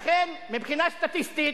לכן מבחינה סטטיסטית